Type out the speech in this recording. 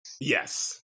Yes